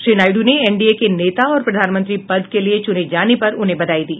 श्री नायडू ने एनडीए के नेता और प्रधानमंत्री पद के लिए चूने जाने पर उन्हें बधाई दी